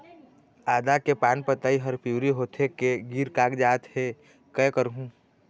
आदा के पान पतई हर पिवरी होथे के गिर कागजात हे, कै करहूं?